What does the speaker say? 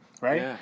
right